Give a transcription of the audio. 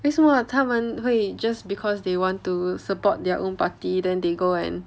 为什么他们会 just because they want to support their own party then they go and